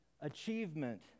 achievement